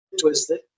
twisted